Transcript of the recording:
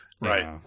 right